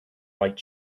white